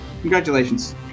Congratulations